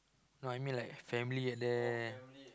no I mean like family at there